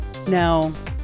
Now